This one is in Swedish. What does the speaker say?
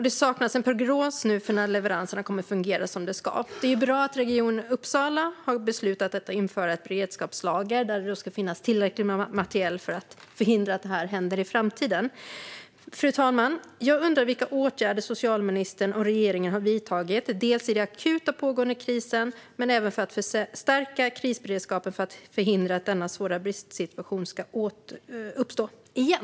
Det saknas nu en prognos för när leveranserna kommer att fungera som de ska. Det är bra att Region Uppsala har beslutat att införa ett beredskapslager där det ska finnas tillräcklig materiel för att förhindra att det här händer i framtiden. Fru talman! Jag undrar vilka åtgärder socialministern och regeringen har vidtagit, både i den akuta pågående krisen och för att förstärka krisberedskapen för att förhindra att denna svåra bristsituation ska uppstå igen.